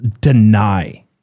deny